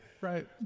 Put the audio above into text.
Right